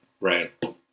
Right